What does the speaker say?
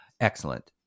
Excellent